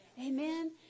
Amen